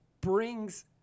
brings